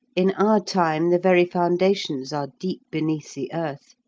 in our time the very foundations are deep beneath the earth,